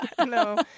No